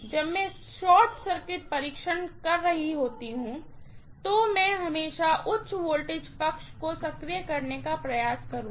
जब मैं short circuit परीक्षण कर रहा होती हूँ तो मैं हमेशा उच्च वोल्टेज पक्ष को सक्रिय करने का प्रयास करुँगी